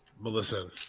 Melissa